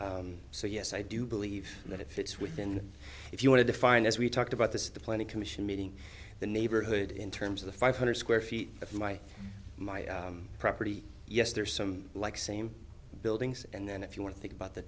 ok so yes i do believe that if it's within if you want to find as we talked about this the planning commission meeting the neighborhood in terms of the five hundred square feet of my my property yes there are some like same buildings and then if you were think about the